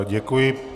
Děkuji.